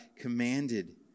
commanded